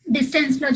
Distance